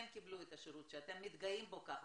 קיבלו את השירות שאתם מתגאים בו ככה?